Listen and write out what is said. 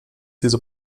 diese